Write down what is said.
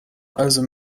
also